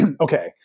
Okay